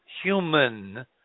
human